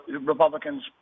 Republicans